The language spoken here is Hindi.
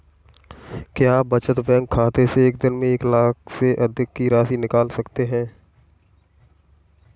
क्या बचत बैंक खाते से एक दिन में एक लाख से अधिक की राशि निकाल सकते हैं?